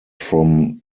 from